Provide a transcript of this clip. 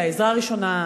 העזרה הראשונה,